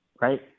right